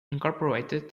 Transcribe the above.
incorporated